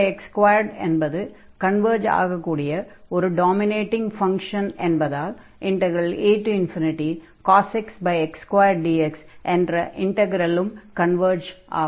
1x2 என்பது converge ஆகக்கூடிய ஒரு டாமினேட்டிங் ஃபங்ஷன் என்பதால் acos x x2dx என்ற இன்டக்ரலும் கன்வர்ஜ் ஆகும்